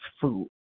food